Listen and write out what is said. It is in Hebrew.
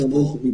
עם